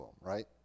right